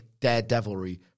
daredevilry